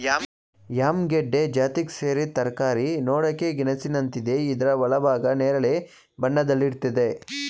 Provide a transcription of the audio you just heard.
yam ಗೆಡ್ಡೆ ಜಾತಿಗ್ ಸೇರಿದ್ ತರಕಾರಿ ನೋಡಕೆ ಗೆಣಸಿನಂತಿದೆ ಇದ್ರ ಒಳಭಾಗ ನೇರಳೆ ಬಣ್ಣದಲ್ಲಿರ್ತದೆ